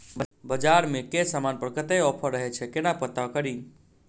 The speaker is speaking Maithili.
बजार मे केँ समान पर कत्ते ऑफर रहय छै केना पत्ता कड़ी?